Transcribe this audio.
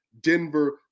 Denver